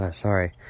Sorry